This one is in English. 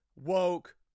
woke